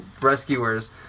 rescuers